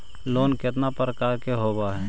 Loan केतना प्रकार के होव हइ?